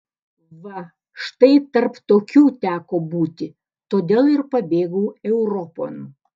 va štai tarp tokių teko būti todėl ir pabėgau europon